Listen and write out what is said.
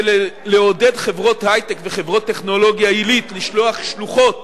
כדי לעודד חברות היי-טק וחברות טכנולוגיה עילית לשלוח שלוחות